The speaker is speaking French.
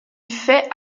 fait